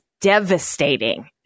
devastating